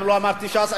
לא אמרתי ש"ס.